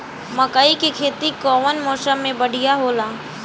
मकई के खेती कउन मौसम में बढ़िया होला?